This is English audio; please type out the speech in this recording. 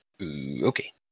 Okay